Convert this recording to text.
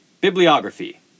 Bibliography